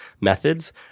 methods